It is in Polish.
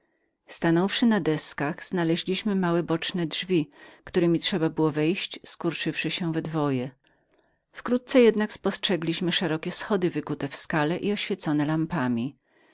stanąwszy na deskach znaleźliśmy małe boczne drzwi któremi trzeba było wejść skurczywszy się we dwoje wkrótce jednak spostrzegliśmy szerokie wschody wykute w skale i oświecone lampami